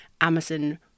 Amazon